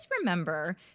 remember